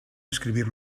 escribir